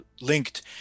linked